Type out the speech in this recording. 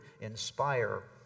inspire